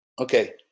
okay